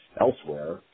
elsewhere